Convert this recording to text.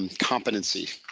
and competency,